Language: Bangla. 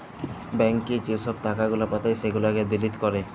ব্যাংকে যে ছব টাকা গুলা পাঠায় সেগুলাকে ডিলিট ক্যরে